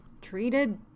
treated